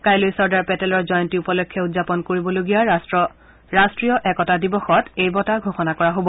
কাইলৈ চৰ্দাৰ পেটেলৰ জয়ন্তী উপলক্ষে উদযাপন কৰিবলগীয়া ৰাষ্টীয় একতা দিৱসত এই বঁটা ঘোষণা কৰা হ'ব